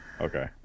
Okay